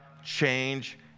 change